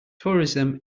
tourism